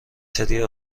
سری